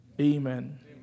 Amen